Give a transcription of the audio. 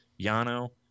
Yano